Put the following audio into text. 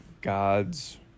God's